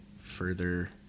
further